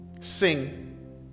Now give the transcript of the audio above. Sing